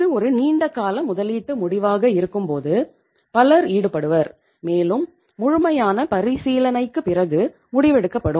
இது ஒரு நீண்ட கால முதலீட்டு முடிவாக இருக்கும்போது பலர் ஈடுபடுவர் மேலும் முழுமையான பரிசீலனைக்குப் பிறகு முடிவெடுக்கப்படும்